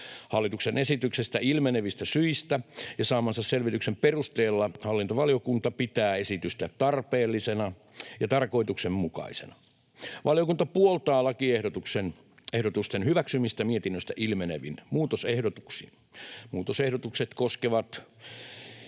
Hallituksen esityksestä ilmenevistä syistä ja saamansa selvityksen perusteella hallintovaliokunta pitää esitystä tarpeellisena ja tarkoituksenmukaisena. Valiokunta puoltaa lakiehdotusten hyväksymistä mietinnöstä ilmenevin muutosehdotuksin. Muutosehdotukset koskevat